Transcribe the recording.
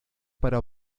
para